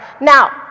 Now